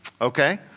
Okay